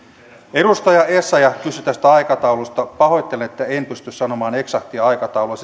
edustaja essayah kysyi aikataulusta pahoittelen että en pysty sanomaan eksaktia aikataulua